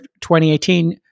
2018